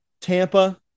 Tampa